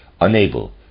unable